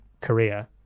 Korea